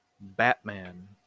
Batman